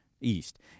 east